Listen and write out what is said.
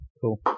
cool